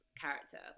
character